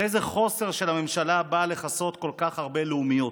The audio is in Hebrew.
על איזה חוסר של הממשלה באה לכסות כל כך הרבה לאומיות?